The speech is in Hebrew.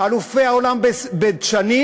אלופי העולם בדשנים,